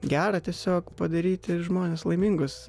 gera tiesiog padaryti žmones laimingus